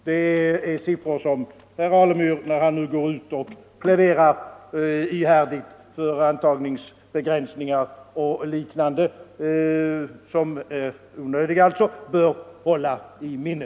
Dessa siffror bör herr Alemyr hålla i minnet när han nu ihärdigt pläderar för antagningsbegränsningar och liknande.